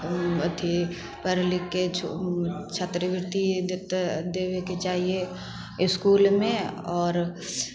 अथी पढ़ि लिखिके छात्रवृति देतै देबेके चाही इसकुलमे आओर